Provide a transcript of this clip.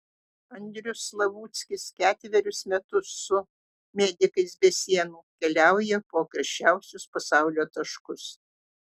andrius slavuckis ketverius metus su medikais be sienų keliauja po karščiausius pasaulio taškus